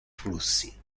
flussi